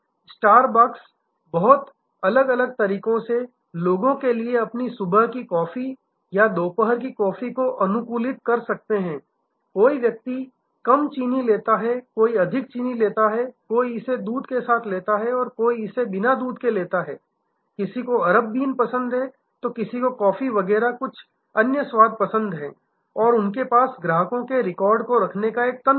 star box बहुत अलग अलग तरीकों से लोगों के लिए अपनी सुबह की कॉफी या दोपहर की कॉफी को अनुकूलित कर सकते हैं कोई व्यक्ति कम चीनी लेता है कोई अधिक चीनी लेता है कोई इसे दूध के साथ लेता है कोई इसे बिना दूध के लेता है किसी को अरब बीन पसंद है किसी को कॉफी वगैरह कुछ अन्य स्वाद पसंद है और उनके पास ग्राहकों का रिकॉर्ड रखने का एक तंत्र है